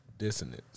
Dissonance